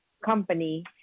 company